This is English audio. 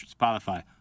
Spotify